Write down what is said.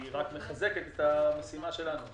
היא רק מחזקת את המשימה שלנו,